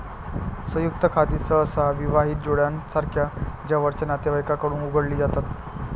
संयुक्त खाती सहसा विवाहित जोडप्यासारख्या जवळच्या नातेवाईकांकडून उघडली जातात